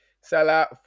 Salah